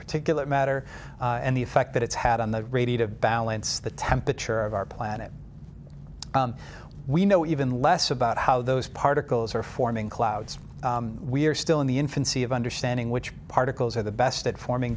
particulate matter and the effect that it's had on the radiative balance the temperature of our planet we know even less about how those particles are forming clouds we're still in the infancy of understanding which particles are the best at forming